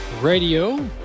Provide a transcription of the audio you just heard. Radio